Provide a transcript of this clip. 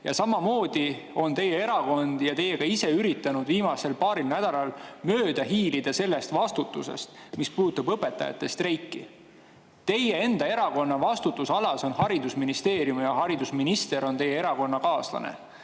esimees. Teie erakond on ja teie ise olete ka üritanud viimasel paaril nädalal mööda hiilida sellest vastutusest, mis puudutab õpetajate streiki. Teie enda erakonna vastutusalas on haridusministeerium ja haridusminister on teie erakonnakaaslane.